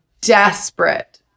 desperate